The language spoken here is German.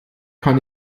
kann